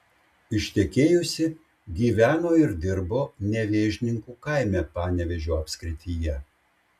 ištekėjusi gyveno ir dirbo nevėžninkų kaime panevėžio apskrityje